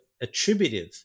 attributive